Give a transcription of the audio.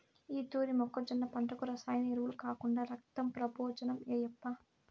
ఈ తూరి మొక్కజొన్న పంటకు రసాయన ఎరువులు కాకుండా రక్తం ప్రబోజనం ఏయప్పా